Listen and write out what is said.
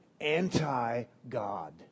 Anti-God